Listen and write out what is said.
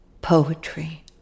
Poetry